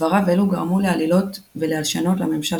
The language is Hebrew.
דבריו אלו גרמו לעלילות ולהלשנות לממשל